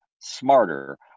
smarter